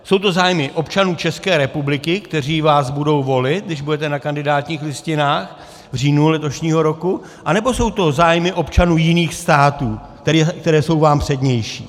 Jsou to zájmy občanů České republiky, kteří vás budou volit, když budete na kandidátních listinách v říjnu letošního roku, anebo jsou to zájmy občanů jiných států, které jsou vám přednější?